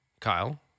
Kyle